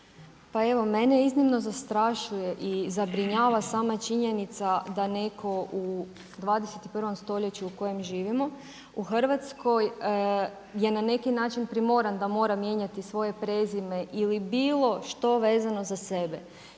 Pa evo mene iznimno zastrašuje i zabrinjava sama činjenica da neko u 21. stoljeću u kojem živimo u Hrvatskoj je na neki način primoran da mora mijenjati svoje prezime ili bilo što vezano za sebe.